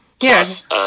Yes